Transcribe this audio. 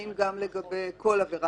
אם לגבי כל עבירה.